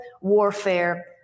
Warfare